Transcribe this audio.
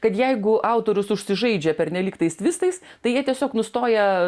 kad jeigu autorius užsižaidžia pernelyg tais tvistais tai jie tiesiog nustoja